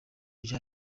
bya